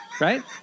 Right